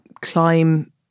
climb